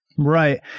Right